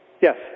Yes